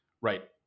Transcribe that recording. right